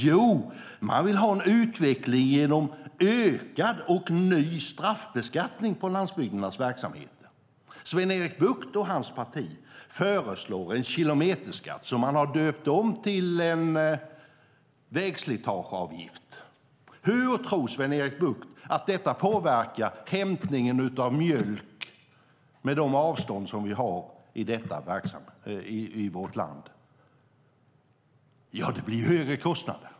Jo, man vill ha en utveckling genom ökad och ny straffbeskattning på landsbygdens verksamheter. Sven-Erik Bucht och hans parti föreslår en kilometerskatt som man har döpt om till vägslitageavgift. Hur tror Sven-Erik Bucht att detta påverkar hämtningen av mjölk, med de avstånd som vi har i vårt land? Ja, det blir högre kostnader.